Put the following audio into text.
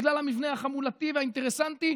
בגלל המבנה החמולתי והאינטרסנטי.